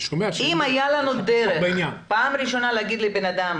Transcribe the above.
אם הייתה לנו דרך בפעם הראשונה לומר לבן אדם